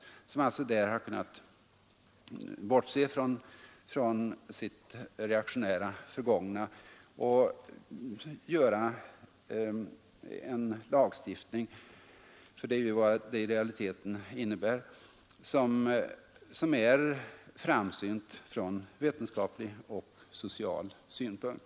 De har alltså kunnat höja sig över sitt reaktionära förgångna och göra en lagstiftning — för det är vad det i realiteten innebär — som är framsynt från vetenskaplig och social! synpunkt.